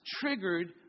triggered